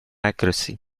accuracy